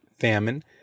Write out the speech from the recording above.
famine